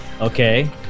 Okay